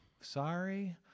Sorry